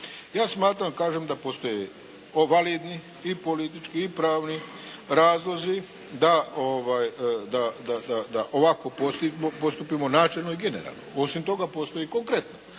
Ja smatram kažem da postoje validni i politički pravni razlozi da ovako postupimo načelno i generalno. Osim toga, postoji konkretno,